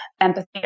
empathy